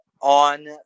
on